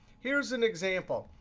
here's an example.